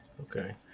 okay